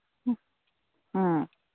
ꯎꯝ